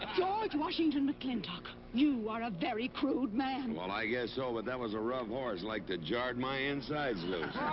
george washington mclintock, you are a very crude man. well, i guess so, but that was a rough horse, like to jarred my insides loose.